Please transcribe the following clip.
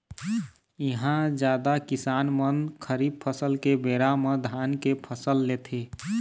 इहां जादा किसान मन खरीफ फसल के बेरा म धान के फसल लेथे